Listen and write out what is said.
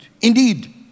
Indeed